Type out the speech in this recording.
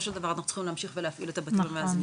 של דבר אנחנו צריכים להמשיך ולהפעיל את הבתים המאזנים.